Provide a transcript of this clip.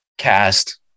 cast